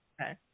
okay